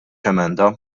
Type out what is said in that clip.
emenda